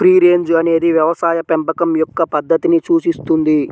free range అనేది వ్యవసాయ పెంపకం యొక్క పద్ధతిని సూచిస్తుంది